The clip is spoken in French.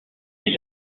est